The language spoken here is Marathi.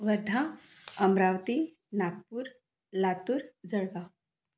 वर्धा अमरावती नागपूर लातूर जळगाव